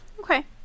Okay